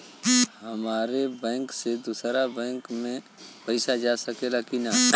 हमारे बैंक से दूसरा बैंक में पैसा जा सकेला की ना?